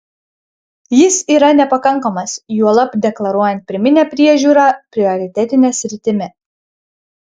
jis yra nepakankamas juolab deklaruojant pirminę priežiūrą prioritetine sritimi